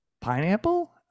pineapple